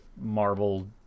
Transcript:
Marvel